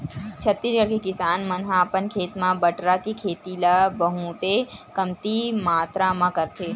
छत्तीसगढ़ के किसान मन ह अपन खेत म बटरा के खेती ल बहुते कमती मातरा म करथे